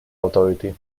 authority